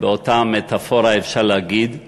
באותה מטפורה, אפשר להגיד,